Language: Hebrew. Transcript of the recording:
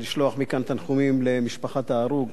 לשלוח מכאן תנחומים למשפחת ההרוג,